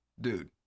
Dude